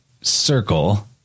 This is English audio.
circle